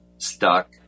stuck